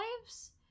lives